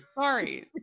Sorry